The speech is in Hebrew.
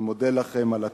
אני מודה לכם על התמיכה.